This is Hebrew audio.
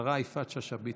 השרה יפעת שאשא ביטון.